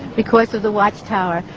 because of the watchtower.